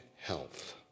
health